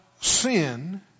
sin